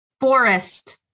forest